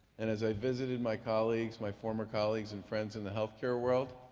and as i visited my colleagues, my former colleagues and friends in the healthcare world,